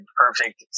perfect